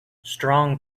strong